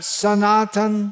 sanatan